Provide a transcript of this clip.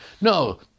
No